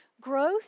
Growth